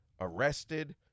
arrested